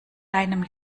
deinem